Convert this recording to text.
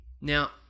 Now